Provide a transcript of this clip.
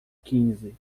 quinze